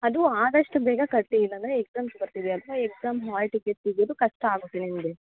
ಅದು ಆದಷ್ಟು ಬೇಗ ಕಟ್ಟಿ ಇಲ್ಲಾಂದರೆ ಎಕ್ಸಾಮ್ಸ್ ಬರ್ತಿದೆ ಅಲ್ಲವಾ ಎಕ್ಸಾಮ್ ಹಾಲ್ ಟಿಕೆಟ್ ಸಿಗೋದು ಕಷ್ಟ ಆಗುತ್ತೆ ನಿಮಗೆ